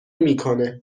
میکنه